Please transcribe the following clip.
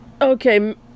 Okay